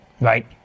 Right